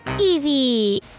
Evie